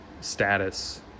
status